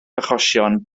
achosion